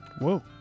Whoa